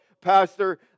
pastor